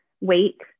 weight